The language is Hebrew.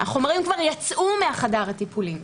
החומרים כבר יצאו מחדר הטיפולים,